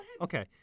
Okay